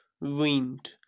Wind